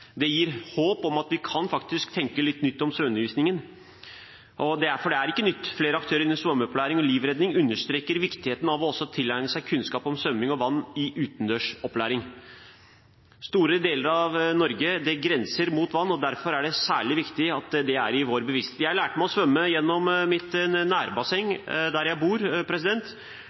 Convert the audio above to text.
Det gir håp om at vi faktisk kan tenke litt nytt om svømmeundervisningen, for det er ikke nytt. Flere aktører innenfor svømmeopplæring og livredning understreker viktigheten av også å tilegne seg kunnskap om svømming og vann ved utendørsopplæring. Store deler av Norge grenser mot vann, og derfor er det særlig viktig at dette er i vår bevissthet. Jeg lærte å svømme i mitt nærbasseng, der jeg bor,